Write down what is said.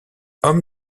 homme